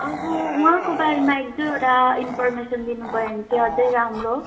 अँह उहाँको बारेमा एक दुइवटा इन्फर्मेसन दिनु भयो भनै चाहिँ अझै राम्रो